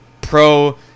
pro